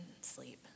sleep